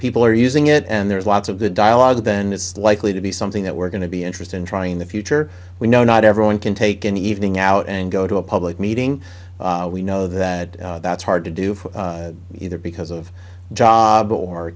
people are using it and there's lots of the dialogue then it's likely to be something that we're going to be interested in trying in the future we know not everyone can take an evening out and go to a public meeting we know that that's hard to do for either because of job or